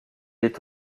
est